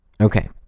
Okay